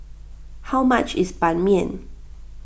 how much is Ban Mian